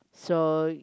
so